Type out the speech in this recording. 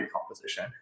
composition